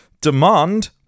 demand